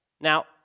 Now